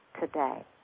today